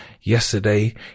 yesterday